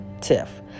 tiff